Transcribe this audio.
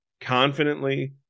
confidently